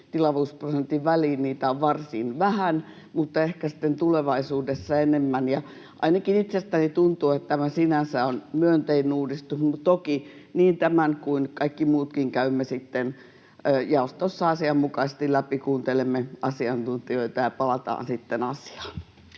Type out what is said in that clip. tilavuusprosentin väliin — niitä on varsin vähän mutta ehkä sitten tulevaisuudessa enemmän, ja ainakin itsestäni tuntuu, että tämä sinänsä on myönteinen uudistus. Mutta toki niin tämän kuin kaikki muutkin käymme sitten jaostossa asianmukaisesti läpi, kuuntelemme asiantuntijoita ja palataan sitten